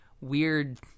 Weird